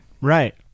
Right